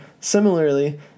Similarly